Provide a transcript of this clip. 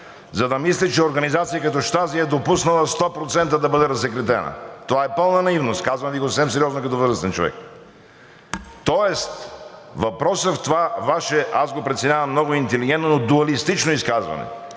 за да мислите, че организация като Щази е допуснала сто процента да бъде разсекретена. Това е пълна наивност, казвам Ви го съвсем сериозно като възрастен човек. Тоест въпросът в това Ваше, аз го преценявам много интелигентно, но дуалистично изказване,